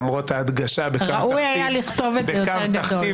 למרות ההדגשה בקו תחתון -- ראוי היה לכתוב את זה יותר גדול.